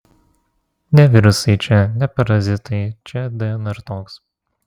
ne virusai čia ne parazitai čia dnr toks